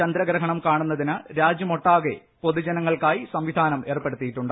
ചന്ദ്രഗ്രഹണം കാണുന്നതിന് രാജ്യമൊട്ടാകെ പൊതുജനങ്ങൾക്കായി സംവിധാനം ഏർപ്പെടുത്തിയിട്ടുണ്ട്